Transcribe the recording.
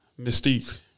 Mystique